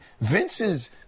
Vince's